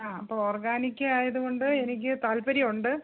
ആ അപ്പം ഓർഗാനിക്ക് ആയത് കൊണ്ട് എനിക്ക് താല്പര്യമുണ്ട്